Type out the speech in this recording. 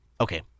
Okay